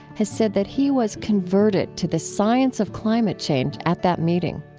has said that he was converted to the science of climate change at that meeting.